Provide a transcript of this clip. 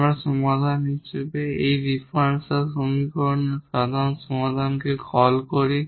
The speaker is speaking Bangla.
আমরা সমাধান হিসাবে এই ডিফারেনশিয়াল সমীকরণের সাধারণ সমাধানকে কল করি